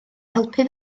helpu